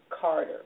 Carter